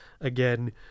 again